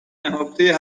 نهفته